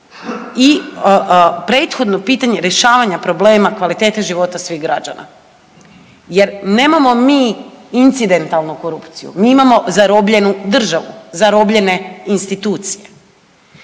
i prethodno pitanje rješavanja problema kvalitete života svih građana jer, nemamo mi incidentalnu korupciju, mi imamo zarobljenu državu, zarobljene institucije.